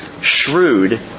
shrewd